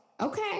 Okay